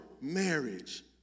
marriage